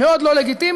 מאוד לא לגיטימיים,